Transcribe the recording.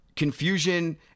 confusion